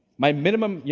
my minimum, you